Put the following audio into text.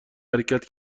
حرکت